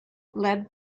led